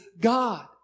God